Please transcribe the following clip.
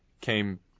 came